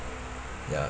ya